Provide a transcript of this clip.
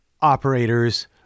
operators